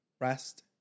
rest